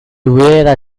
hubiera